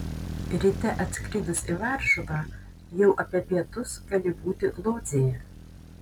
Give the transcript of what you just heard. ryte atskridus į varšuvą jau apie pietus gali būti lodzėje